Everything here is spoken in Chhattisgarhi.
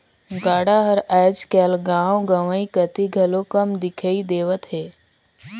गाड़ा हर आएज काएल गाँव गंवई कती घलो कम दिखई देवत हे